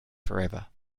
forever